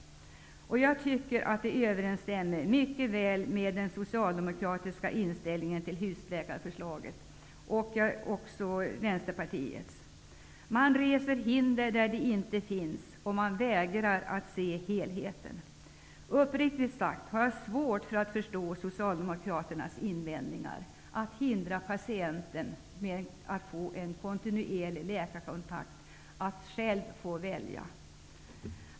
Jag tycker att det ordspråket mycket väl överensstämmer med den socialdemokratiska inställningen till husläkarförslaget, och med Vänsterpartiets inställning. Man reser hinder där det inte finns några, och man vägrar att se helheten. Uppriktigt sagt har jag svårt att förstå Socialdemokraternas invändningar mot att patienten får en kontinuerlig läkarkontakt och får välja själv.